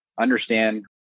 understand